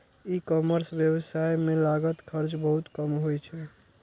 ई commerce व्यवसाय मे लागत खर्च बहुत कम होइ छै